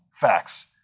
facts